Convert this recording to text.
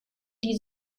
die